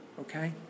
okay